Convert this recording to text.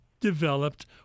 developed